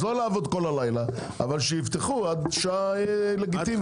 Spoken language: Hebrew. לא לעבוד כל הלילה אבל שיפתחו עד שעה לגיטימית.